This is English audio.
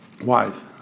wife